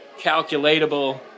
calculatable